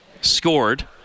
scored